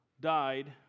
died